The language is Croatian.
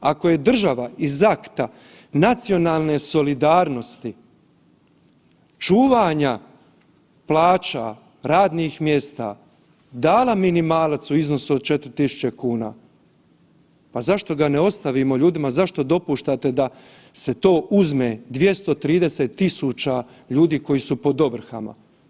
Ako je država iz akta nacionalne solidarnosti čuvanja plaća, radnih mjesta dala minimalac u iznosu od 4.000 kuna, zašto ga ne ostavimo ljudima, zašto dopuštate da se to uzme 230.000 ljudi koji su pod ovrhama?